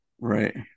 right